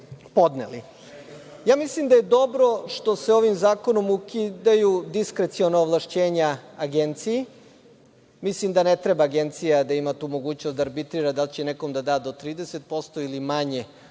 podneli. Mislim da je dobro što se ovim zakonom ukidaju diskreciona ovlašćenja Agenciji. Mislim da ne treba Agencija da ima tu mogućnost da arbitrira da li će nekome da da do 30% ili manje